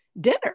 dinner